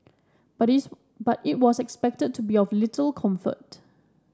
but it's but it was expected to be of little comfort